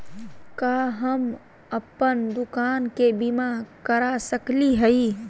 का हम अप्पन दुकान के बीमा करा सकली हई?